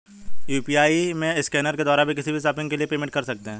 UPI में scanner के द्वारा भी किसी भी शॉपिंग के लिए पेमेंट कर सकते है